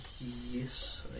Yes